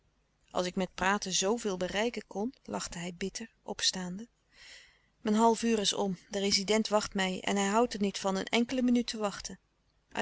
als ik met praten zoovéel bereiken kon lachte hij bitter opstaande mijn half uur is om de rezident wacht mij en hij houdt er niet van een enkele minuut te wachten